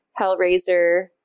Hellraiser